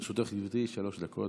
בבקשה.